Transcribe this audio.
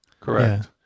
correct